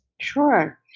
Sure